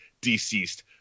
deceased